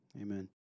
Amen